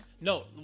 No